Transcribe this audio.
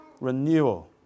renewal